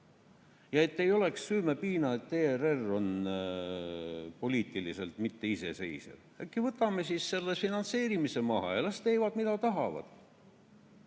Et ei oleks süümepiina, et ERR on poliitiliselt mitteiseseisev, äkki võtame siis selle finantseerimise maha ja las teevad, mida tahavad?